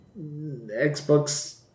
Xbox